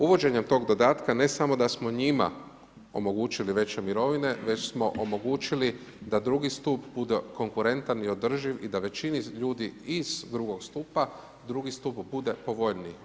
Uvođenjem tog dodatka ne samo da smo njima omogućili veće mirovine, već smo omogućili da drugi stup bude konkurentan i održiv i da većini ljudi iz prvog stupa, drugi stup bude povoljniji.